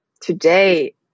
today